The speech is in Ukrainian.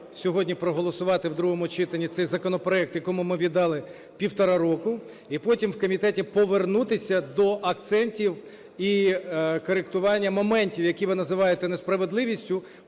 сьогодні проголосувати в другому читанні цей законопроект, якому ми віддали півтора року, і потім в комітеті повернутися до акцентів і коректування моментів, які ви називаєте "несправедливістю"